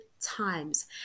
times